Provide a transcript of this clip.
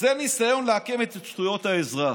וזה ניסיון לעקם את זכויות האזרח.